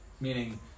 Meaning